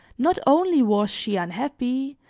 not only was she unhappy,